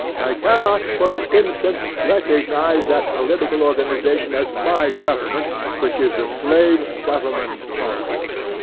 i cannot for an instant recognize that political organization as my government which is the slave's government also.